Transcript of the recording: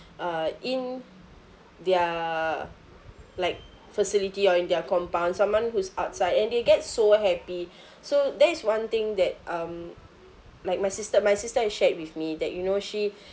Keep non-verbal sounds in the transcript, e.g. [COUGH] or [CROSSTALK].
uh in their like facility or in their compound someone who's outside and they get so happy [BREATH] so that is one thing that um like my sister my sister has shared with me that you know she [BREATH]